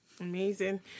Amazing